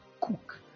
Cook